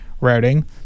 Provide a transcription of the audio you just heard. routing